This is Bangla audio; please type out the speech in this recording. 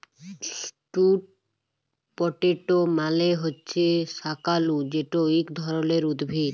স্যুট পটেট মালে হছে শাঁকালু যেট ইক ধরলের উদ্ভিদ